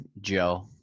Joe